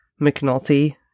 McNulty